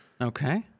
Okay